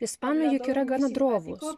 ispanai juk yra gana drovūs